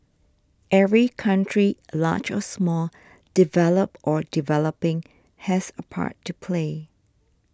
every country large or small developed or developing has a part to play